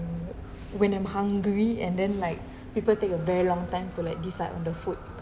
when I'm hungry and then like people take a very long time for like decide on the food